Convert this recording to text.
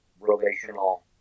relational